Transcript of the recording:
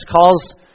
calls